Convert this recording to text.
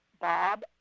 bob